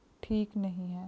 ਠੀਕ ਨਹੀਂ ਹੈ